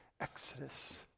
Exodus